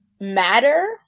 matter